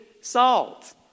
salt